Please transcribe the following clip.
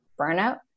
burnout